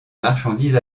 marchandise